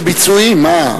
זה ביצועים, מה.